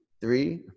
three